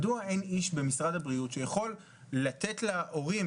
מדוע אין איש במשרד הבריאות שיכול לתת להורים